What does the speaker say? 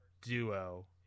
duo